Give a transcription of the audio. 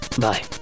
Bye